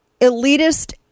Elitist